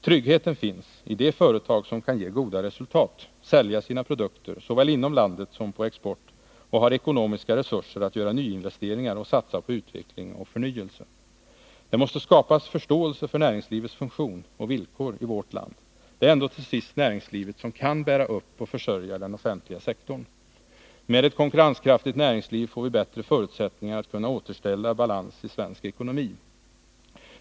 Tryggheten finns i de företag som kan ge goda resultat, som kan sälja sina produkter såväl inom landet som på export och som har ekonomiska resurser att göra nyinvesteringar och satsa på utveckling och förnyelse. Det måste skapas förståelse för näringslivets funktion och villkor i vårt land. Det är ändå till sist näringslivet som kan bära upp och försörja den offentliga sektorn. Med ett konkurrenskraftigt näringsliv får vi bättre förutsättningar att kunna återställa balans i svensk ekonomi.